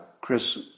Chris